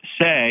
say